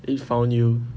it found you